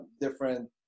different